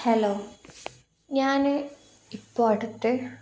hello ഞാന് ഇപ്പോഴടുത്ത്